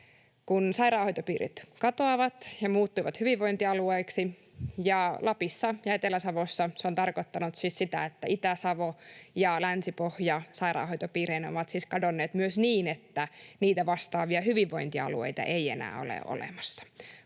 sairaanhoitopiirit katosivat ja muuttuivat hyvinvointialueiksi, mutta Lapissa ja Etelä-Savossa se on tarkoittanut siis sitä, että Itä-Savo ja Länsi-Pohja sairaanhoitopiireinä ovat kadonneet myös niin, että niitä vastaavia hyvinvointialueita ei enää ole olemassa,